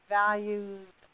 values